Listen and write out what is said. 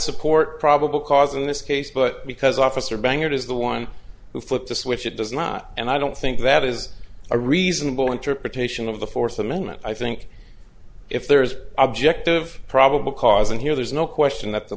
support probable cause in this case but because officer banger is the one who flipped the switch it does not and i don't think that is a reasonable interpretation of the fourth amendment i think if there is objective probable cause and here there's no question that the